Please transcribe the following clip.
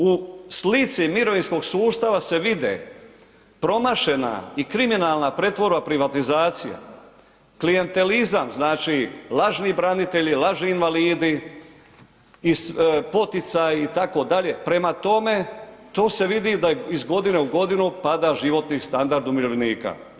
U slici mirovinskog sustava se vide promašena i kriminalna pretvorba i privatizacija, klijantelizam, znači lažni branitelji, lažni invalidi i poticaj itd., prema tome, to se vidi da iz godine u godinu pada životni standard umirovljenika.